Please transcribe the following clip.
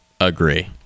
Agree